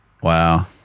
Wow